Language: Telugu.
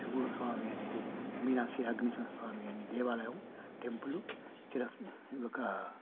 శివుడు స్వామి అనేది మీనాక్షి ఆగ్నేశ్వర స్వామి అనే దేవాలయం టెంపులు చిరస్తా ఒక